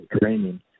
training